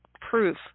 proof